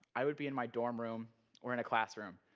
i would be in my dorm room or in a classroom,